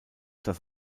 das